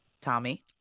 Tommy